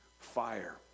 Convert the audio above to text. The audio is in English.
fire